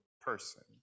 person